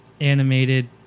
animated